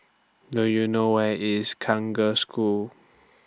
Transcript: Do YOU know Where IS Girls' School